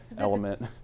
element